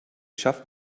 schafft